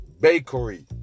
bakery